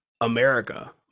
America